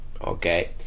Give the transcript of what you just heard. okay